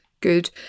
good